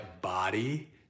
Body